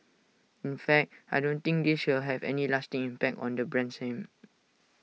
in fact I don't think this will have any lasting impact on the brand's name